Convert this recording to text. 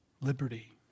Liberty